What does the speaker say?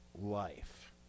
life